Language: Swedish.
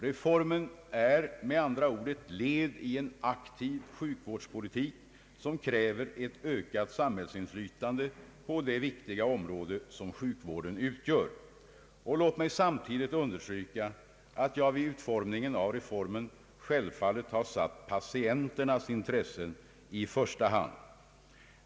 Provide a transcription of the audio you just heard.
Reformen är med andra ord ett led i en aktiv sjukvårdspolitik, som kräver ett ökat samhällsinflytande på det viktiga område som sjukvården utgör. Låt mig samtidigt understryka, att jag vid utformningen av förslaget självfallet har satt patienternas intressen i första rummet.